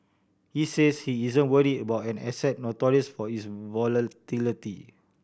he says he isn't worried about an asset notorious for its volatility